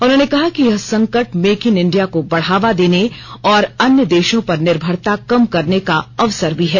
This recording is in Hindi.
उन्होंने कहा कि यह संकट मेक इन इंडिया को बढ़ावा देने और अन्य देशों पर निर्मरता कम करने का अवसर भी है